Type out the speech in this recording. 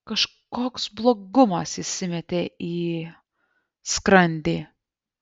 kažkoks blogumas įsimetė į skrandį